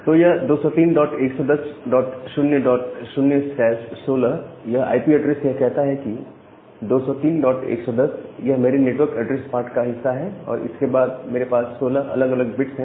तो यह 20311000 16 IP address यह कहता है कि 203110 यह मेरे नेटवर्क एड्रेस पार्ट का हिस्सा है और इसके बाद मेरे पास 16 अलग अलग बिट्स है